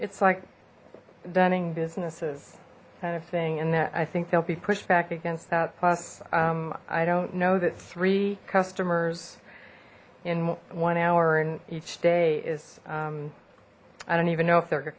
it's like dunning businesses kind of thing and that i think they'll be pushed back against that plus i don't know that three customers in one hour and each day is i don't even know if they're